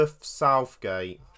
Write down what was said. Southgate